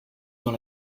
dans